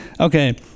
Okay